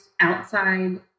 outside